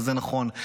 וזה נכון,